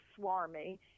Swarmy